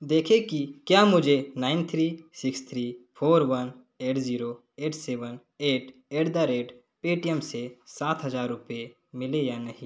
देखें कि क्या मुझे nine three six three four one eight zero eight seven eight at the rate Paytm से सात हजार रुपये मिले या नहीं